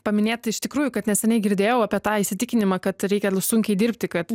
paminėt iš tikrųjų kad neseniai girdėjau apie tą įsitikinimą kad reikia lsunkiai dirbti kad